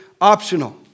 optional